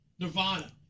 Nirvana